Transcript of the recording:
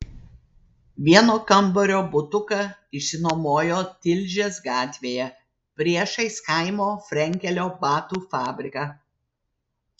vieno kambario butuką išsinuomojo tilžės gatvėje priešais chaimo frenkelio batų fabriką